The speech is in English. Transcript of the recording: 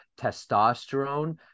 testosterone